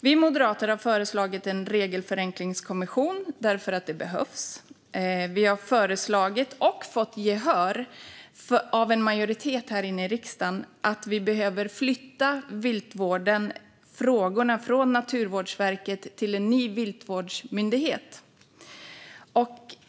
Vi moderater har föreslagit en regelförenklingskommission därför att det behövs. Vi har också föreslagit, och fått gehör för av en majoritet här i riksdagen, att flytta viltvårdsfrågorna från Naturvårdsverket till en ny viltvårdsmyndighet.